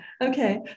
okay